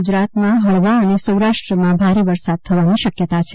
ગુજરાતમાં ફળવા અને સૌરાષ્ટ્રમાં ભારે વરસાદ થવાની શક્યતા છે